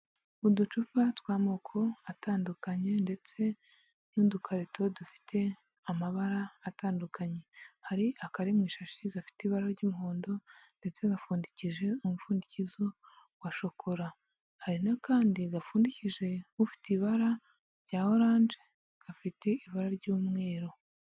Uducupa tw'amoko atandukanye ndetse n'udukarito dufite amabara atandukanye, hari akari mu ishashi gafite ibara ry'umuhondo ndetse gapfundikije umupfundikizo wa shokora, hari n'akandi gapfundikije ufite ibara rya orange gafite ibara ry'umweru.